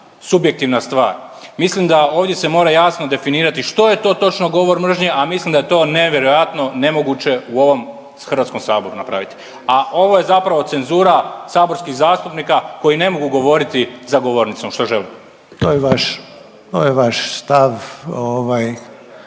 subjektivna stvar. Mislim da ovdje se mora jasno definirati što je to točno govor mržnje, a mislim da je to nevjerojatno nemoguće u ovom Hrvatskom saboru napraviti, a ovo je zapravo cenzura saborskih zastupnika koji ne mogu govoriti za govornicom što žele. **Reiner, Željko